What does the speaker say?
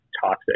toxic